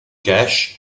cache